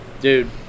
Dude